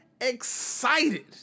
excited